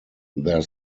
their